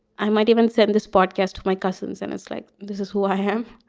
i might even send this podcast, my cousins. and it's like, this is who i have.